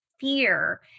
fear